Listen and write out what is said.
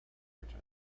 origin